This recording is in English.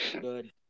Good